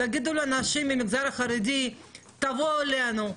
תגידו לאנשים מהמגזר החרדים: תבואו אלינו.